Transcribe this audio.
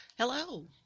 Hello